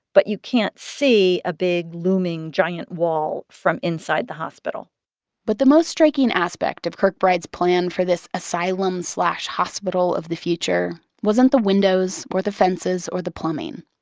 but you can't see a big, looming giant wall from inside the hospital but the most striking aspect of kirkbride's plan for this asylum hospital of the future wasn't the windows or the fences or the plumbing.